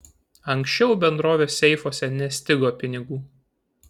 anksčiau bendrovės seifuose nestigo pinigų